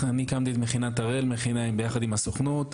אני הקמתי את מכינת הראל ביחד עם הסוכנות,